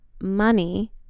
money